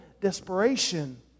desperation